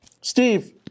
Steve